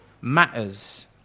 matters